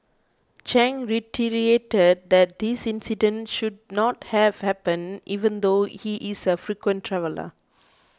chang reiterated that this incident should not have happened even though he is a frequent traveller